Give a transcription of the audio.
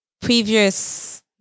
previous